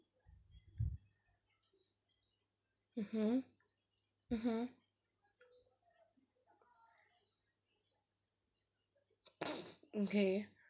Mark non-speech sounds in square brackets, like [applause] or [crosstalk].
mmhmm mmhmm [noise] okay